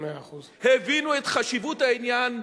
הבינו את חשיבות העניין,